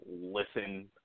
listen